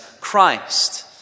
Christ